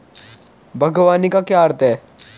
बागवानी का क्या अर्थ है?